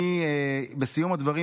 בסיום הדברים,